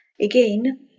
again